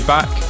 Back